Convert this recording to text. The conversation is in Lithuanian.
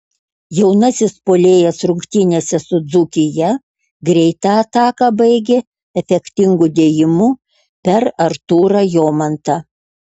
jaunasis puolėjas rungtynėse su dzūkija greitą ataką baigė efektingu dėjimu per artūrą jomantą